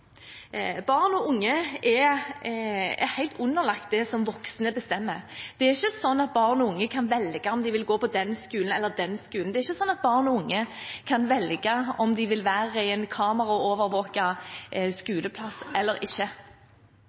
Barn og unge er helt underlagt det som voksne bestemmer. Det er ikke sånn at barn og unge kan velge om de vil gå på den skolen eller den skolen, det er ikke sånn at barn og unge kan velge om de vil være på en kameraovervåket skoleplass eller ikke.